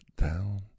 down